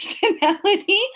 personality